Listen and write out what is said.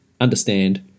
understand